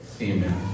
Amen